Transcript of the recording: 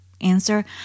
answer